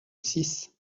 six